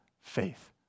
faith